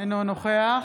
אינו נוכח